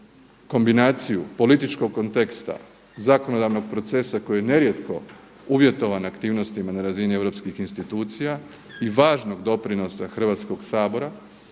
kombinaciju političkog konteksta zakonodavnog procesa koji je nerijetko uvjetovan aktivnostima na razini europskih institucija i važnog doprinosa Hrvatskog sabora